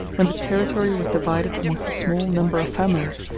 when the territory was divided amongst a small number of families,